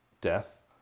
death